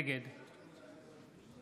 נגד